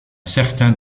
certain